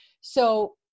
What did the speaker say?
So-